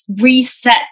reset